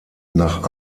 nach